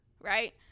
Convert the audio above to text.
right